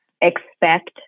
expect